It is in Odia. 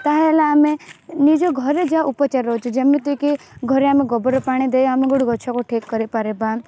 ତାହେଲେ ଆମେ ନିଜ ଘରେ ଯାହା ଉପଚାର ଅଛି ଯେମିତିକି ଘରେ ଆମେ ଗୋବର ପାଣି ଦେଇ ଆମେ ଗୋଟେ ଗଛକୁ ଠିକ୍ କରିପାରିବା